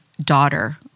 daughter